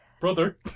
Brother